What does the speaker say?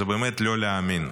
זה באמת לא להאמין,